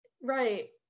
Right